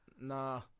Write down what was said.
nah